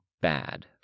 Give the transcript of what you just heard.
bad